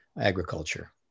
agriculture